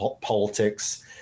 politics